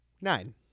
nine